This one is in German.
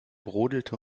brodelte